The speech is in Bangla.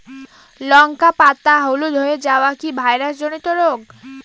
লঙ্কা পাতা হলুদ হয়ে যাওয়া কি ভাইরাস জনিত রোগ?